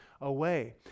away